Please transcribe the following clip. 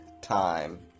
time